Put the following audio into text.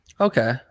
Okay